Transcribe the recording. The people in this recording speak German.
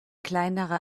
kleinere